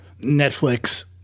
Netflix